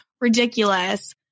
ridiculous